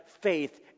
faith